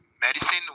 medicine